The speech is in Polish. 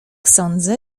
sądzę